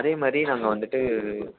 அதேமாதிரி நாங்கள் வந்துட்டு